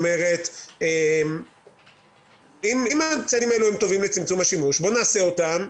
אם האמצעים האלה טובים לצמצום השימוש בואו נעשה אותם.